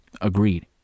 Agreed